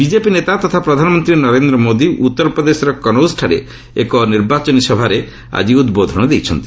BJP ନେତା ତଥା ପ୍ରଧାନମନ୍ତ୍ରୀ ନରେନ୍ଦ୍ର ମୋଦି ଉତ୍ତର ପ୍ରଦେଶର କନୌଜଠାରେ ଏକ ନିର୍ବାଚନୀ ସଭାରେ ଆକି ଉଦ୍ବୋଧନ ଦେଇଛନ୍ତି